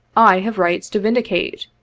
i have rights to vindicate.